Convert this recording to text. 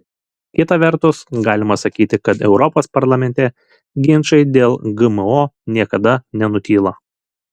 kita vertus galima sakyti kad europos parlamente ginčai dėl gmo niekada nenutyla